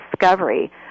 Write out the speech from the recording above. discovery